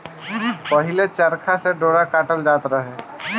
पहिले चरखा से डोरा काटल जात रहे